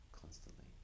constantly